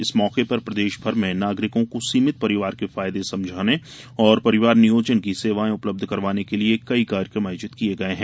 इस मौके पर प्रदेश भर में नागरिकों को सीमित परिवार के फायदे समझाने और परिवार नियोजन की सेवाएँ उपलब्ध करवाने के लिये कई कार्यक्रम आयोजित किये गये हैं